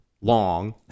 long